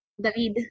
David